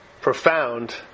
profound